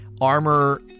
armor